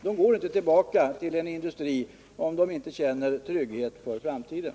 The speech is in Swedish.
De går inte tillbaka till en industri där de inte kan känna trygghet för framtiden.